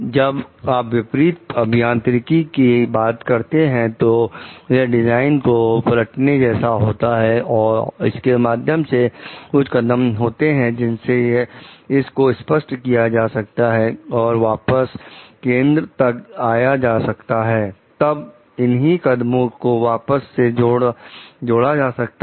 जब आप विपरीत अभियांत्रिकी की बात करते हैं तो यह डिजाइन को पलटने जैसा होता है और इसके माध्यम से कुछ कदम होते हैं जिससे इस को नष्ट किया जा सकता है और वापस केंद्र तक आया जा सकता है तब इन्हीं कदमों को वापस से जोड़ा जा सकता है